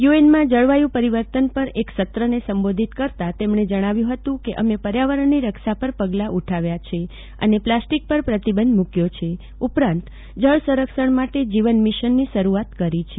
યુએનમાં જળવાયુ પરિવર્તન પર એક સત્રને સંબોધિત કરતા તેમણે જણાવ્યું હતું કે અમે પર્યાવરણની રક્ષા પર પગલા ઉઠાવ્યા છે એ પ્લાસ્ટિક પર પ્રતિબંઘ મૂકચો ઉપરાંત જળસંરક્ષણ માટે જળમિશનની શરૂઆત કરી છે